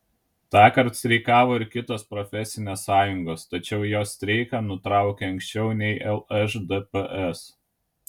tąkart streikavo ir kitos profesinės sąjungos tačiau jos streiką nutraukė anksčiau nei lšdps